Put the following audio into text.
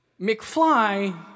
McFly